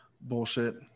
bullshit